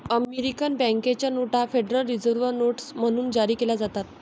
American बँकेच्या नोटा federal reserve notes म्हणून जारी केल्या जातात